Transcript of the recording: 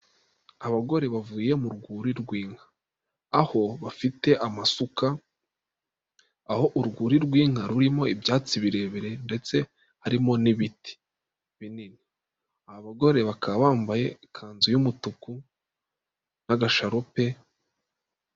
Abagore bavuye mu rwuri rw'inka, aho bafite amasuka, aho urwuri rw'inka rurimo ibyatsi birebire ndetse harimo n'ibiti binini, abagore bakaba bambaye ikanzu y'umutuku n'agasharupe.